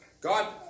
God